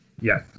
Yes